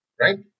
right